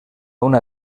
una